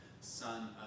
son